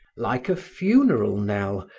like a funeral-knell,